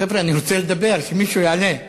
חבר'ה, אני רוצה לדבר, שמישהו יעלה.